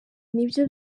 nibyo